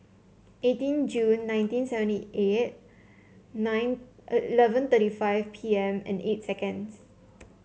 eighteen June nineteen seventy eight nine eleven thirty five P M and eight seconds